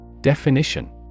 Definition